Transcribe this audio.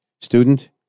student